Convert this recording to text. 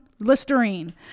Listerine